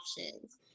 options